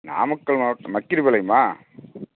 நாமக்கல் மாவட்டம் மக்கிரிபாளையமா